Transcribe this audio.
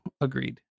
agreed